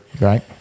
right